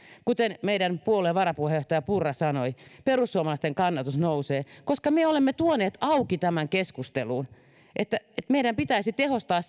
kuten meidän puolueen varapuheenjohtaja purra sanoi perussuomalaisten kannatus nousee koska me olemme tuoneet auki keskusteluun sen että meidän pitäisi tehostaa